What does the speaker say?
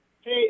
Hey